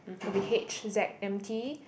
will be h_z_m_t